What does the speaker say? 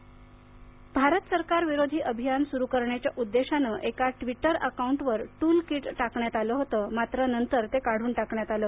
Delhi Thunberg Bharat सरकार विरोधी अभियान सुरू करण्याच्या उद्देशानं एका ट्विटर अकाउंटवर टूलकीट टाकण्यात आलं होतं मात्र नंतर ते काढून टाकण्यात आलं